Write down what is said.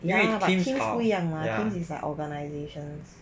ya but teams 不一样 mah teams is like organisation